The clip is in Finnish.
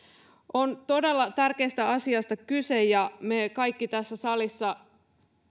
on todella tärkeästä asiasta kyse ja me kaikki tässä salissa